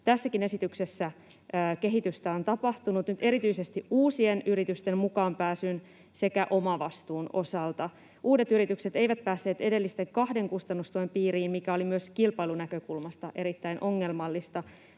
tässäkin esityksessä kehitystä on tapahtunut, nyt erityisesti uusien yritysten mukaan pääsyn sekä omavastuun osalta. Uudet yritykset eivät päässeet edellisten kahden kustannustuen piiriin, mikä oli myös kilpailunäkökulmasta erittäin ongelmallista,